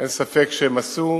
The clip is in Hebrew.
אין ספק שהם עשו